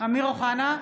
אמיר אוחנה,